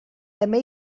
també